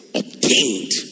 obtained